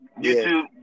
YouTube